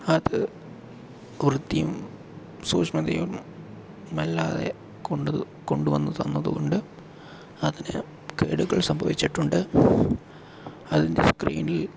അത് വൃത്തിയും സൂക്ഷ്മതയും അല്ലാതെ കൊണ്ടു വന്നു തന്നതുകൊണ്ട് അതിന് കേടുകൾ സംഭവിച്ചിട്ടുണ്ട് അതിൻ്റെ സ്ക്രീനിൽ